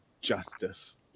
justice